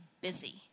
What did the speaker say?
busy